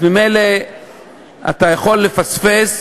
ממילא אתה יכול לפספס,